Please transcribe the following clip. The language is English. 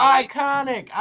iconic